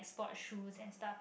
sport shoes and stuff